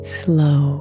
slow